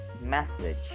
message